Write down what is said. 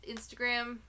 Instagram